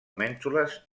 mènsules